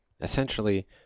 essentially